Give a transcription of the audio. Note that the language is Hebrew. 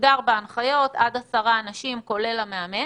שהוגדרה בהנחיות של עד עשרה אנשים, כולל המאמן,